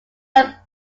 are